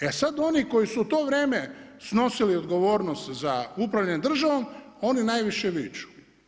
E sad oni koji su u to vrijeme snosili odgovornost za upravljanje državom oni najviše viču.